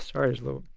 or as lone.